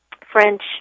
French